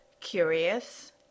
curious